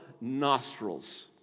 nostrils